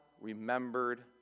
remembered